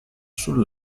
sul